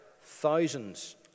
thousands